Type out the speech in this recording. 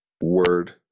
Word